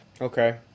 okay